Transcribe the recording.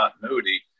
continuity